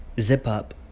zip-up